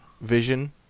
vision